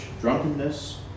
drunkenness